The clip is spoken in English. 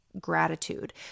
gratitude